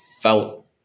felt